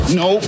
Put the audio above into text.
no